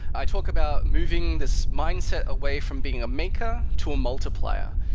i talk about moving this mindset away from being a maker to a multiplier.